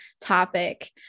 topic